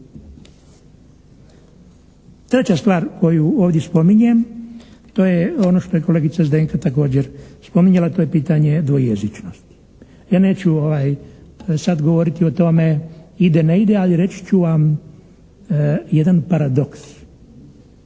Treća stvar koju ovdje spominjem to je ono što je kolegica Zdenka također spominjala, to je pitanje dvojezičnosti. Ja neću sada govoriti o tome ide, ne ide, ali reći ću vam jedan paradoks.